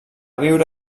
viure